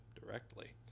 directly